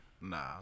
Nah